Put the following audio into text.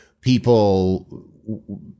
people